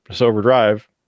Overdrive